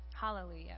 Hallelujah